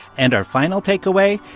and our final takeaway,